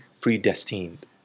predestined